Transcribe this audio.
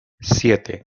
siete